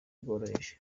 bworoheje